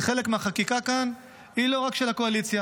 כי חלק מהחקיקה כאן היא לא רק של הקואליציה.